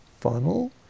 funnel